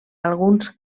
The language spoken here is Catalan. alguns